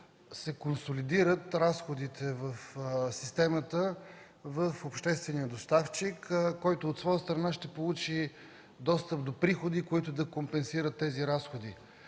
се консолидират разходите в системата, в обществения доставчик, който от своя страна ще получи достъп до приходи, които да компенсират тези разходи.